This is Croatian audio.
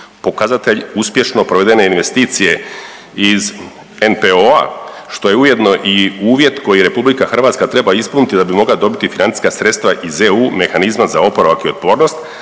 pokazatelj uspješno provedene investicije iz NPOO-a, što je ujedno i uvjet koji RH treba ispuniti da bi mogla dobiti financijska sredstva iz EU Mehanizma za oporavak i otpornost,